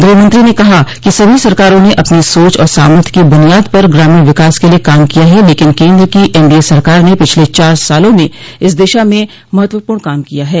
गृहमंत्री ने कहा कि सभी सरकारों ने अपनी सोच और सामर्थ्य की बुनियाद पर ग्रामीण विकास के लिए काम किया है लेकिन केन्द्र की एनडीए सरकार ने पिछले चार सालों में इस दिशा में महत्वपूर्ण काम किया है